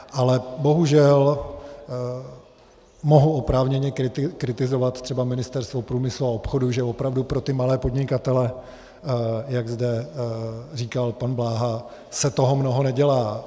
Ale bohužel mohu oprávněně kritizovat třeba Ministerstvo průmyslu a obchodu, že opravdu pro ty malé podnikatele, jak zde říkal pan Bláha, se toho mnoho nedělá.